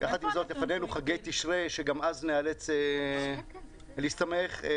לפנינו חגי תשרי שגם אז נצטרך להסתמך על הייבוא,